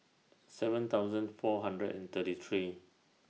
seven thousand four hundred and thirty three